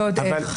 ועוד איך.